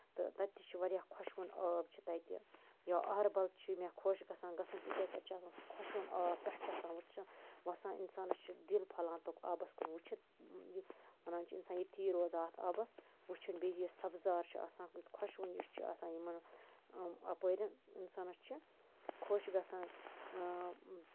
تہٕ تَتہِ تہِ چھُ واریاہ خۄشوُن آب چھُ تَتہِ یا اَہربَل چھُ مےٚ خۄش گژھان گژھُن تِکیازِ تَتہِ چھُ آسان سُہ خۄشوُن آب پٮ۪ٹھ آسان وٕچھُن وَسان اِنسانَس چھُ دِل پھَلان آبَس کُن وٕچھِتھ یہِ وَنان چھُ اِنسان ییٚتی روزٕ ہاو اَتھ آبَس وٕچھُن بیٚیہِ یہِ سَبزار چھُ آسان خۄشوُن یُس چھُ آسان یِمن اَپٲرۍ اِنسانَس چھُ خۄش گژھان اۭں